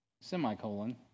semicolon